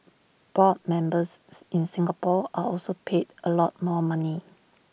board members in Singapore are also paid A lot more money